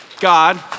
God